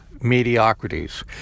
mediocrities